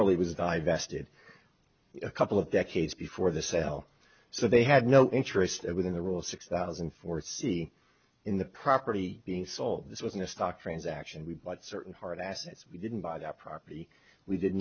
similarly was divested a couple of decades before the sell so they had no interest within the rule six thousand and four c in the property being sold this wasn't a stock transaction we bought certain hard assets we didn't buy that property we did